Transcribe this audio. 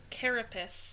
carapace